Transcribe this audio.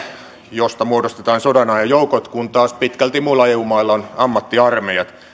josta muodostetaan sodanajan joukot kun taas pitkälti muilla eu mailla on ammattiarmeijat